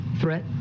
threat